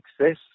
success